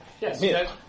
Yes